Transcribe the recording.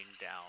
down